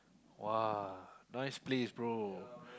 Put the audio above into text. !wah! nice place bro